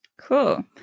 cool